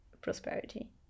prosperity